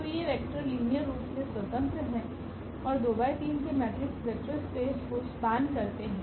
तो ये vector linear रूप से स्वतंत्र हैं और 2×3के मैट्रिक्स वेक्टर स्पेस को स्पान करते हैं